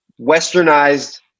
westernized